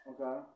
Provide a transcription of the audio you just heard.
Okay